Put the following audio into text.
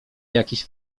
jakieś